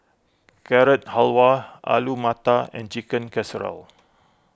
Carrot Halwa Alu Matar and Chicken Casserole